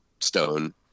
stone